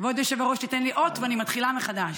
כבוד היושב-ראש, תן לי אות ואני מתחילה מחדש.